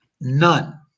none